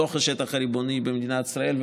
בתוך השטח הריבוני במדינת ישראל.